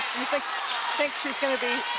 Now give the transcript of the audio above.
you think think she's going to be